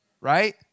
Right